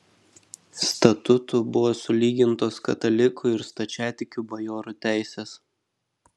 statutu buvo sulygintos katalikų ir stačiatikių bajorų teisės